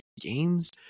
games